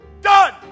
done